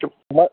মই